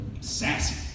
sassy